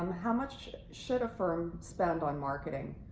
um how much should a firm spend on marketing?